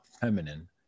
feminine